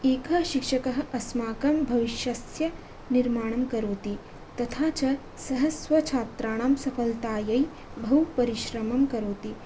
एकः शिक्षकः अस्माकं भविष्यस्य निर्माणं करोति तथा च सः स्वछात्राणां सफलतायै बहुपरिश्रमं करोति